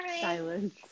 Silence